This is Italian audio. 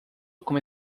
come